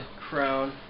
crown